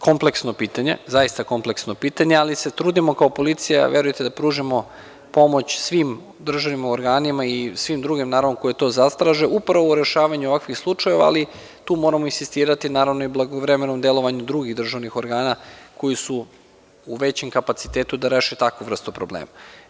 Kompleksno pitanje, zaista kompleksno pitanje, ali se trudimo kao policija, verujte, da pružimo pomoć svim državnim organima i svim drugim naravno, koji to zatraže, upravo rešavanjem ovakvih slučajeva, ali tu moramo insistirati naravno i u blagovremenom delovanju drugih državnih organa koji su u većem kapacitetu da reše takvu vrstu problema.